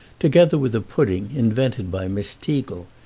together with a pudding invented by miss teagle,